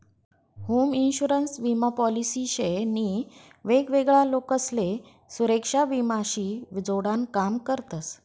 home insurance विमा policy शे नी वेगवेगळा लोकसले सुरेक्षा विमा शी जोडान काम करतस